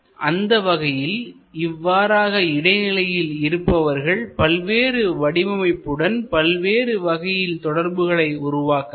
அந்தவகையில் இவ்வாறாக இடை நிலையில் இருப்பவர்கள் பல்வேறு வடிவமைப்புடன் பல்வேறு வகையில் தொடர்புகளை உருவாக்கலாம்